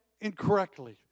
incorrectly